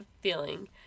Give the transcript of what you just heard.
feeling